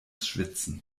schwitzen